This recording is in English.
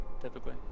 typically